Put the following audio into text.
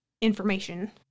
information